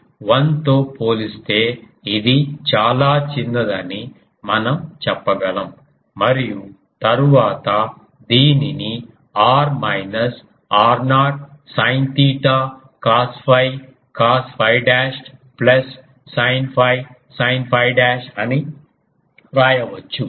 కాబట్టి 1 తో పోలిస్తే ఇది చాలా చిన్నదని మనం చెప్పగలం మరియు తరువాత దీనిని r minus r0 sin theta cos 𝛟 cos 𝛟 dash plus sin 𝛟 sin 𝛟 dash అని వ్రాయవచ్చు